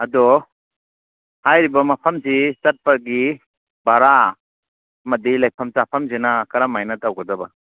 ꯑꯗꯣ ꯍꯥꯏꯔꯤꯕ ꯃꯐꯝꯁꯤ ꯆꯠꯄꯒꯤ ꯚꯔꯥ ꯑꯃꯗꯤ ꯂꯩꯐꯝ ꯆꯥꯐꯃꯁꯤꯅ ꯀꯔꯝ ꯍꯥꯏꯅ ꯇꯧꯒꯗꯕ